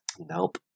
Nope